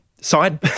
side